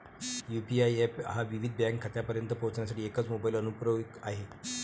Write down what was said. UPI app हा विविध bank खात्यांपर्यंत पोहोचण्यासाठी एकच मोबाइल अनुप्रयोग आहे